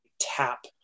tap